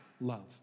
love